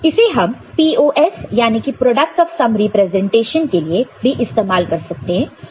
इसे हम POS यानी कि प्रोडक्ट ऑफ सम रिप्रेजेंटेशन के लिए भी इस्तेमाल कर सकते हैं